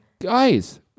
guys